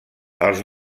els